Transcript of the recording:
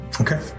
Okay